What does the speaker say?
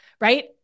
right